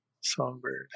songbird